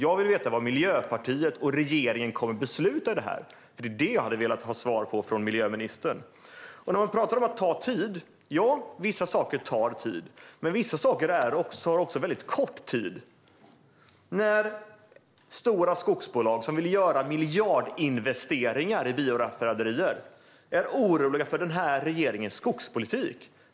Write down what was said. Jag vill veta vad Miljöpartiet och regeringen kommer att besluta om. Det är det jag hade velat ha svar på från miljöministern. Stina Bergström pratar om att det tar tid. Ja, vissa saker tar tid, men vissa saker tar också väldigt kort tid. Stora skogsbolag som vill göra miljardinvesteringar i bioraffinaderier är oroliga för den här regeringens skogspolitik.